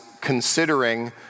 considering